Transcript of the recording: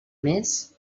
més